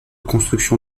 construction